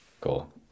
Cool